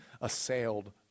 assailed